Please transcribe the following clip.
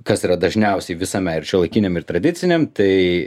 kas yra dažniausiai visame ir šiuolaikiniam ir tradiciniam tai